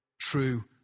true